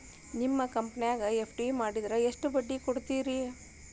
ನಿಮ್ಮ ಕಂಪನ್ಯಾಗ ಎಫ್.ಡಿ ಮಾಡಿದ್ರ ಎಷ್ಟು ಬಡ್ಡಿ ಕೊಡ್ತೇರಿ?